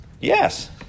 Yes